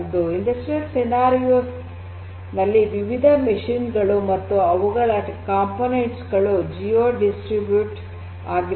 ಕೈಗಾರಿಕಾ ಸನ್ನಿವೇಶಗಳಲ್ಲಿನ ವಿವಿಧ ಯಂತ್ರಗಳು ಮತ್ತು ಅವುಗಳ ಘಟಕಗಳು ಜಿಯೋ ಡಿಸ್ಟ್ರಿಬ್ಯುಟ್ ಆಗಿರುತ್ತವೆ